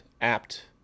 apt